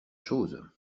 chose